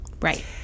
Right